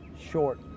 Short